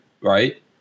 right